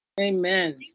Amen